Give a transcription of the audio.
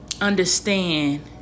understand